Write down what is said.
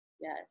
yes